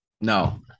No